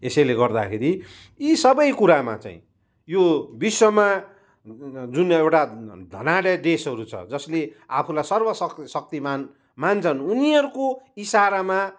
यसैले गर्दाखेरि यी सबै कुरामा चाहिँ यो विश्वमा जुन एउटा धनाढ्य देशहरू छ जसले आफूलाई सर्वशक्ति शक्तिमान मान्छन् उनीहरूको इसारामा